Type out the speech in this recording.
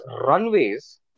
runways